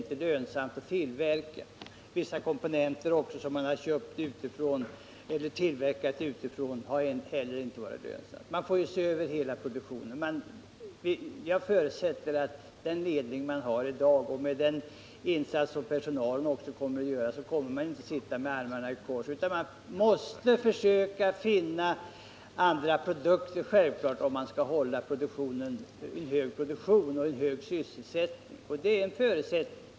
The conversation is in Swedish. Inte heller vissa komponenter som man tillverkat utanför företaget har varit lönsamma. Jag förutsätter att man med den ledning företaget har i dag och med de insatser personalen kan göra inte kommer att sitta med armarna i kors. Man kommer självfallet att försöka finna andra produkter för att upprätthålla en hög produktion och sysselsättning.